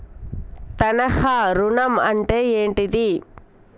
తనఖా ఋణం అంటే ఏంటిది?